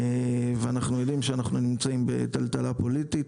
ואנחנו יודעים שאנחנו נמצאים בטלטלה פוליטית,